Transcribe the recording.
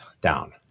down